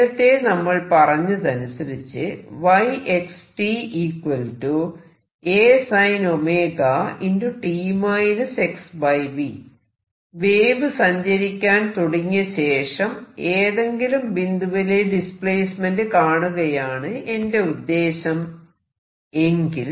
നേരത്തെ നമ്മൾ പറഞ്ഞതനുസരിച്ച് വേവ് സഞ്ചരിക്കാൻ തുടങ്ങിയ ശേഷം ഏതെങ്കിലും ബിന്ദുവിലെ ഡിസ്പ്ലേസ്മെന്റ് കാണുകയാണ് എന്റെ ഉദ്ദേശം എങ്കിൽ